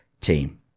team